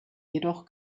jedoch